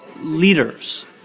leaders